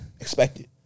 Expected